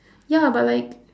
ya but like